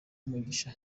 umugisha